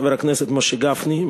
חבר הכנסת משה גפני,